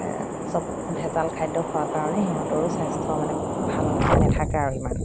চব ভেজাল খাদ্য খোৱাৰ কাৰণে সিহঁতৰো স্বাস্থ্য মানে ভাল হৈ নাথাকে আৰু ইমান